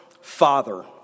Father